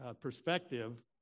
perspective